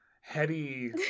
heady